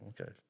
Okay